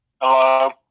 Hello